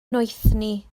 noethni